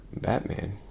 Batman